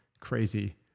crazy